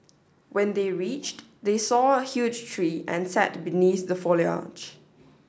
when they reached they saw a huge tree and sat beneath the foliage